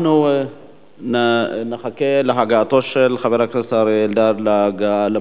אנחנו נחכה להגעתו של חבר הכנסת אריה אלדד למקום,